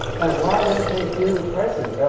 and why don't they do a price and